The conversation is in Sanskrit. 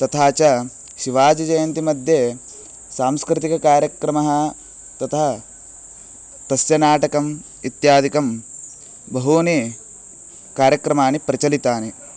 तथा च शिवाजिजयन्तीमध्ये सांस्कृतिककार्यक्रमः तथा तस्य नाटकम् इत्यादिकं बहूनि कार्यक्रमाणि प्रचलितानि